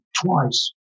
twice